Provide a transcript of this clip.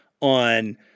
on